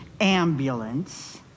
ambulance